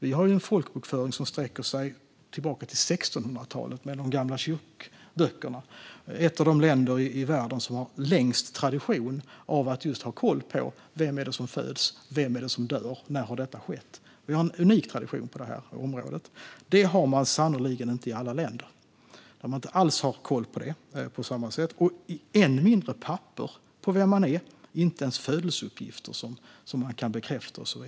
Vi har en folkbokföring som sträcker sig tillbaka till 1600-talet med de gamla kyrkböckerna och är ett av de länder i världen som har längst tradition av att ha koll på vem som föds, vem som dör och när detta har skett. Vi har en unik tradition på detta område. Det har man sannerligen inte i alla länder. Man har inte alls koll på detta på samma sätt, och än mindre papper på vilka människor är - inte ens födelseuppgifter som kan bekräftas.